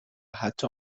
حتی